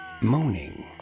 moaning